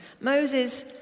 Moses